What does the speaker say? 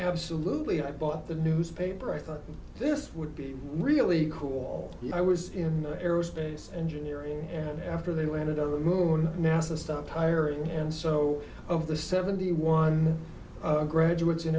absolutely i bought the newspaper i thought this would be really cool i was in the aerospace engineering and after they landed on the moon nasa stopped hiring and so of the seventy one graduates in